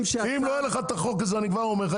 אם לא יהיה לך את החוק הזה אני כבר אומר לך,